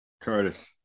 Curtis